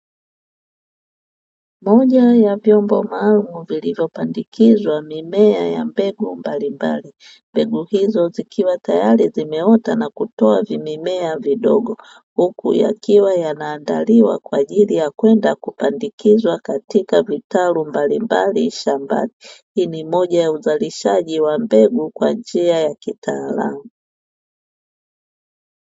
Moja ya vyombo maalumu vilivyopandikizwa mimea ya mbegu mbalimbali. Mbegu hizo zikiwa tayari zimeota na kutoa vimimea vidogo, huku yakiwa yanaandaliwa kwa ajili ya kwenda kupandikizwa katika vitalu mbalimbali shambani. Hii ni moja ya uzalishaji wa mbegu kwa njia ya kitaalamu.